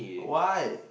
why